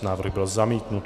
Návrh byl zamítnut.